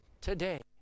today